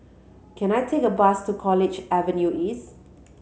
can I take a bus to College Avenue East